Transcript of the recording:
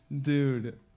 Dude